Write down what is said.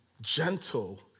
gentle